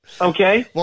Okay